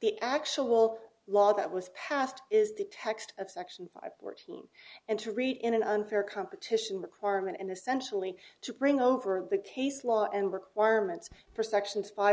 the actual law that was passed is the text of section five fourteen and to read in an unfair competition requirement and essentially to bring over the case law and requirements for sections five